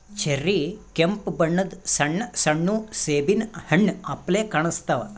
cherry ಕೆಂಪ್ ಬಣ್ಣದ್ ಸಣ್ಣ ಸಣ್ಣು ಸೇಬಿನ್ ಹಣ್ಣ್ ಅಪ್ಲೆ ಕಾಣಸ್ತಾವ್